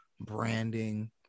branding